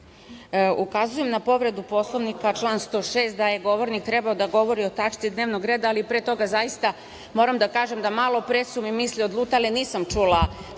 Ukazujem na povredu Poslovnika, član 106, da je govornik trebao da govori o tačci dnevnog reda, ali pre toga zaista moram da kažem da su mi malo pre misli odlutale i nisam čula